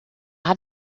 hat